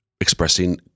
expressing